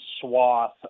swath